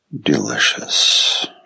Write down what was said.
delicious